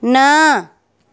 न